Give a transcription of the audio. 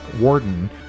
warden